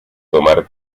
tomar